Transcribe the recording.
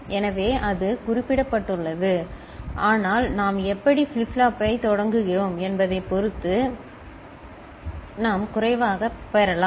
எனவே அது குறிப்பிடப்பட்டுள்ளது ஆனால் நாம் எப்படி ஃபிளிப் ஃப்ளாப்பைத் தொடங்குகிறோம் என்பதைப் பொறுத்து நாம் குறைவாகப் பெறலாம்